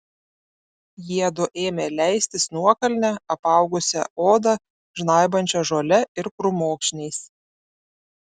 jiedu ėmė leistis nuokalne apaugusia odą žnaibančia žole ir krūmokšniais